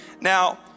now